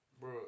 Bro